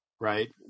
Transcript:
Right